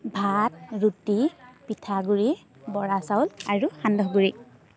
ভাত ৰুটি পিঠাগুড়ি বৰা চাউল আৰু সান্দহগুড়ি